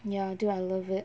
ya dude I love it